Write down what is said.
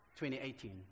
2018